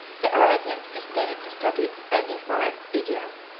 the arabians disdained the study of any foreign idiom.